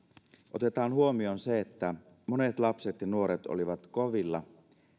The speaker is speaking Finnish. otetaan huomioon se että monet lapset ja nuoret olivat kovilla